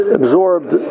absorbed